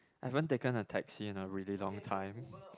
haven't taken a taxi in a really long time